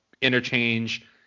interchange